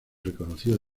reconocido